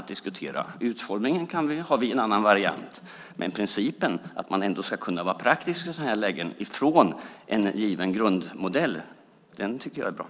När det gäller utformningen har vi en variant, men principen - att i sådana här lägen kunna vara praktisk, utifrån en given grundmodell - är bra, tycker jag.